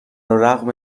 رغم